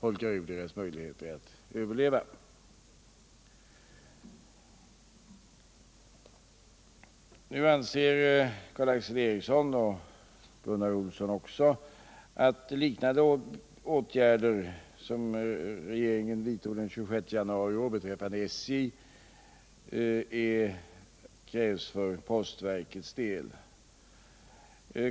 Nu anser Karl Erik Eriksson och även Gunnar Olsson att liknande åtgärder som regeringen vidtog den 26 januari i år beträffande SJ krävs för postverkets del.